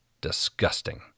disgusting